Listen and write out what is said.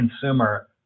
consumer